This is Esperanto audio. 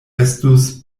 estus